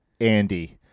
Andy